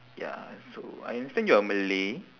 ya so I understand you are malay